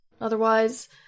Otherwise